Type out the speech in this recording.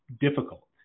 difficult